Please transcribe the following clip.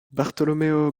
bartolomeo